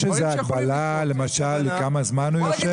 יש איזו הגבלה, למשל, על כמה זמן הוא יושב?